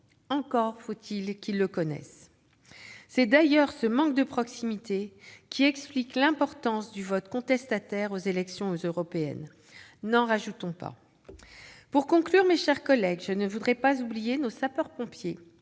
encore faut-il qu'ils le connaissent ! C'est d'ailleurs ce manque de proximité qui explique l'importance du vote contestataire alors des élections européennes. N'en rajoutons pas ! Pour conclure, mes chers collègues, je ne voudrais pas oublier nos sapeurs-pompiers,